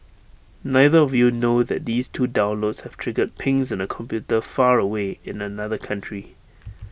neither of you know that these two downloads have triggered pings in A computer far away in another country